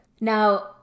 Now